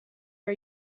are